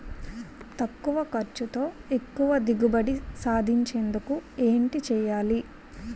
తక్కువ ఖర్చుతో ఎక్కువ దిగుబడి సాధించేందుకు ఏంటి చేయాలి?